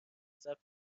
ضبط